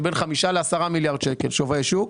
בין חמישה ל-10 מיליארד שקלים שווי שוק.